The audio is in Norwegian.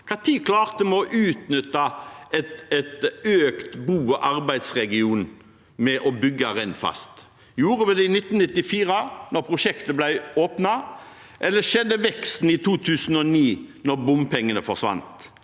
Når klarte vi å utnytte en økt bo- og arbeidsregion med å bygge Rennfast? Gjorde vi det i 1994, da prosjektet ble åpnet, eller skjedde veksten i 2009, da bompengene forsvant?